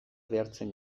behartzen